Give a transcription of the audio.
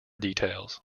details